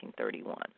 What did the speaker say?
1931